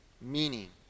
Meaning